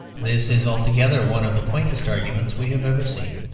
this is altogether one of the quaintest arguments we have ever seen.